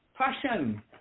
Passion